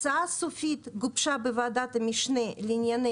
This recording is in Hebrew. הצעה סופית הוגשה בוועדת המשנה לענייני